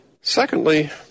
secondly